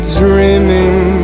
dreaming